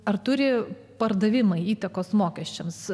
ar turi pardavimai įtakos mokesčiams